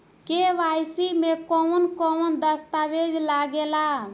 KYC में कवन कवन दस्तावेज लागे ला?